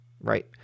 Right